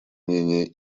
мнение